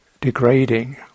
degrading